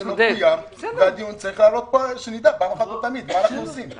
הוא לא קוים ואנחנו צריכים לדעת פעם אחת ולתמיד מה אנחנו עושים.